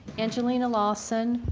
angelina lawson,